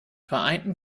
vereinten